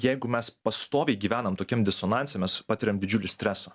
jeigu mes pastoviai gyvenam tokiam disonanse mes patiriam didžiulį stresą